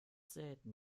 selten